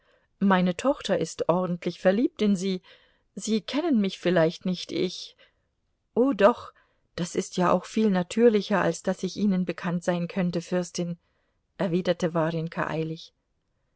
meine tochter ist ordentlich verliebt in sie sie kennen mich vielleicht nicht ich o doch das ist ja auch viel natürlicher als daß ich ihnen bekannt sein könnte fürstin erwiderte warjenka eilig